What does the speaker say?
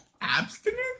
abstinence